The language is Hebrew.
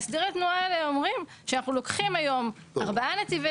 הסדרי התנועה האלה אומרים שאנחנו לוקחים היום ארבעה נתיבי